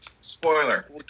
Spoiler